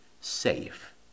safe